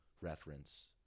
reference